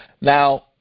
Now